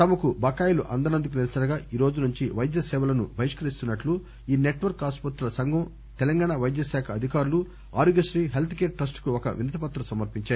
తమకు బకాయిలు అందనందుకు నిరసనగా ఈరోజు నుంచి వైద్య సేవలను బహిష్కరిస్తున్నట్లు ఈ నెట్ వర్క్ ఆసుపత్రుల సంఘం తెలంగాణా పైద్య శాఖ అధికారులు ఆరోగ్యశ్రీ హెల్త్ కేర్ ట్రస్టుకు ఒక వినతిపత్రం సమర్పించారు